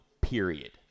period